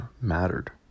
mattered